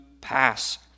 pass